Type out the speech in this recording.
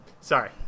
sorry